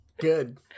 Good